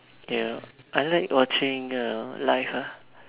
ya I like watching uh live ah